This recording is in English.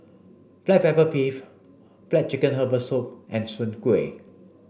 black pepper beef black chicken herbal soup and soon Kuih